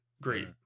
great